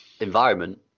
environment